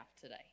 today